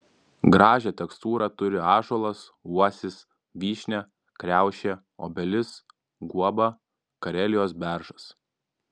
gražią tekstūrą turi ąžuolas uosis vyšnia kriaušė obelis guoba karelijos beržas